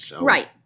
Right